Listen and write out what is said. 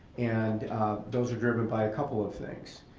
and those are driven by a couple of things.